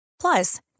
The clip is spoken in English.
Plus